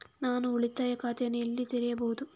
ನಾನು ಉಳಿತಾಯ ಖಾತೆಯನ್ನು ಎಲ್ಲಿ ತೆಗೆಯಬಹುದು?